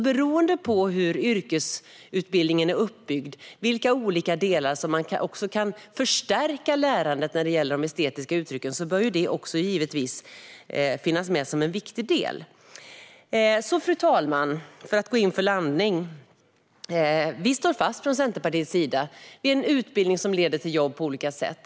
Beroende på hur yrkesutbildningen är uppbyggd och i vilka olika delar man kan förstärka lärandet när det gäller de estetiska uttrycken bör detta givetvis finnas med som en viktig del. Fru talman! För att gå in för landning: Vi från Centerpartiet står fast vid en utbildning som leder till jobb på olika sätt.